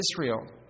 Israel